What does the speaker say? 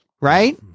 Right